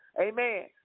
amen